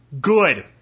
Good